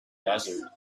desert